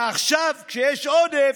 עכשיו, כשיש עודף,